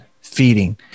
feeding